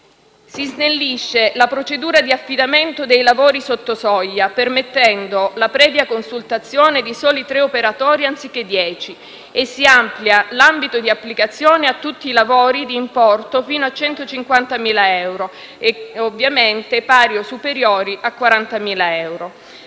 Si snellisce la procedura di affidamento dei lavori sotto soglia permettendo la previa consultazione di soli tre operatori anziché dieci e si amplia l'ambito di applicazione a tutti i lavori di importo fino a 150.000 euro e ovviamente pari o superiori a 40.000 euro.